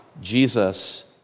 Jesus